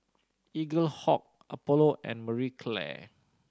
Eaglehawk Apollo and Marie Claire